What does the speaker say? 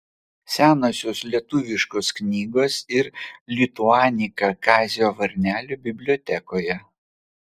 senosios lietuviškos knygos ir lituanika kazio varnelio bibliotekoje